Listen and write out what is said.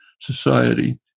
society